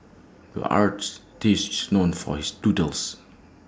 the artist is known for his doodles